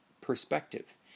perspective